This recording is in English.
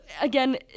again